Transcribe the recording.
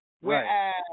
Whereas